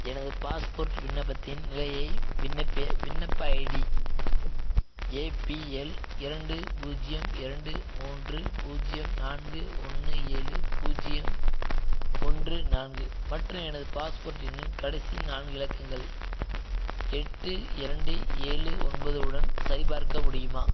எனது பாஸ்போர்ட் விண்ணப்பத்தின் நிலையை விண்ணப்ப விண்ணப்ப ஐடி ஏபிஎல் இரண்டு பூஜ்ஜியம் இரண்டு மூன்று பூஜ்ஜியம் நான்கு ஒன்று ஏழு பூஜ்ஜியம் ஒன்று நான்கு மற்றும் எனது பாஸ்போர்ட் எண்ணின் கடைசி நான்கு இலக்கங்கள் எட்டு இரண்டு ஏழு ஒன்பது உடன் சரிபார்க்க முடியுமா